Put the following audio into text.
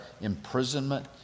imprisonment